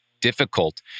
difficult